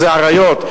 זה עריות.